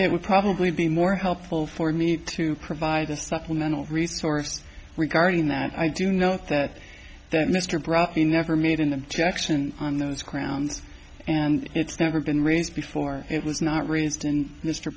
it would probably be more helpful for me to provide a supplemental resource regarding that i do know that mr brown never made an objection on those grounds and it's never been raised before it was not raised in mr